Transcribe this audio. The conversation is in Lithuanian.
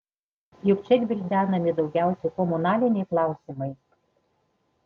juk čia gvildenami daugiausiai komunaliniai klausimai